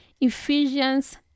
Ephesians